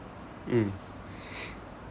mm